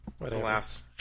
alas